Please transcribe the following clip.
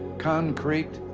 concrete,